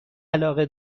علاقه